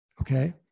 okay